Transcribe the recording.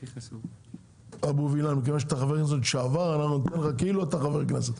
אבו וילן, חבר כנסת לשעבר, בבקשה.